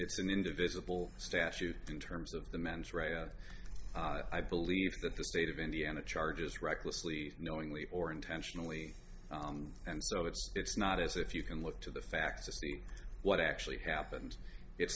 it's an indivisible statute in terms of the men's rights i believe that the state of indiana charges recklessly knowingly or intentionally and so it's it's not as if you can look to the facts to see what actually happened it